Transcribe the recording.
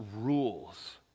rules